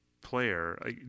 player